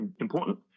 important